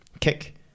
kick